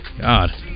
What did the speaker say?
God